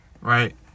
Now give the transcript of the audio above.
Right